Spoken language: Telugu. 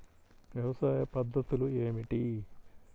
వ్యవసాయ పద్ధతులు ఏమిటి?